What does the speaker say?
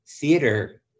theater